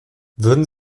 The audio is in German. würden